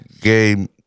game